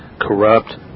corrupt